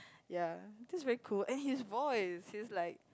ya just very cool and his voice he's like